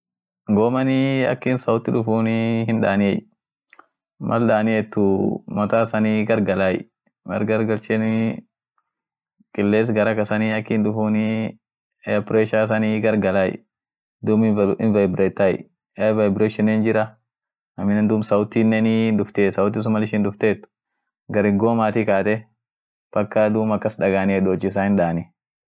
Lookinii ak ishin kakart lookin min hiitie, mal ishin min hiit namu dandee min sun hiishenu. ama woishiin won dibianen dandaani min sun hiishenenu. woishin hana ama won ak hatua ak bineesaanen dandee min hiisheenu. mal sun duum wontante yote hinmidaadie, malsun wontante won siira hamaat hinjirtu .maana won tante namu it isheene hinyaku